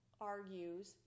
argues